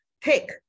Take